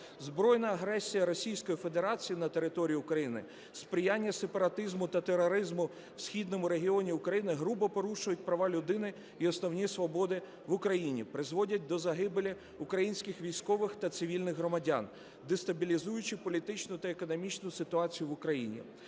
Збройна агресія Російської Федерації на території України, сприяння сепаратизму та тероризму в східному регіоні України грубо порушують права людини і основні свободи в Україні, призводять до загибелі українських військових та цивільних громадян, дестабілізуючи політичну та економічну ситуацію в України.